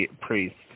priests